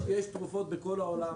יש תרופות בכל העולם.